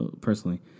personally